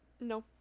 No